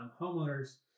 Homeowners